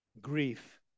Grief